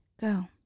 Go